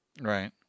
Right